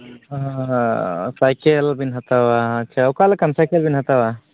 ᱦᱮᱸ ᱥᱟᱭᱠᱮᱹᱞ ᱵᱤᱱ ᱦᱟᱛᱟᱣᱟ ᱟᱪᱪᱷᱟ ᱚᱠᱟ ᱞᱮᱠᱟᱱ ᱥᱟᱭᱠᱮᱹᱞ ᱵᱤᱱ ᱦᱟᱛᱟᱣᱟ